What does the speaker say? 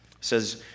says